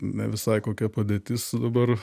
nevisai kokia padėtis dabar